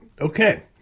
Okay